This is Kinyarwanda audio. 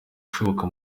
ishoboka